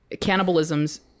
Cannibalism's